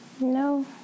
No